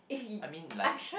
I mean like